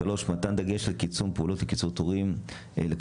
דבר שלישי,